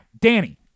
Danny